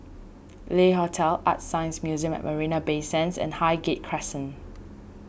Le Hotel ArtScience Museum at Marina Bay Sands and Highgate Crescent